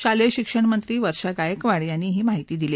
शालेय शिक्षण मंत्री वर्षा गायकवाड यांनी ही माहिती दिली